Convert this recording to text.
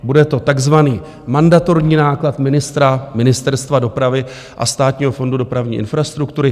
Bude to takzvaný mandatorní náklad Ministerstva dopravy a Státního fondu dopravní infrastruktury?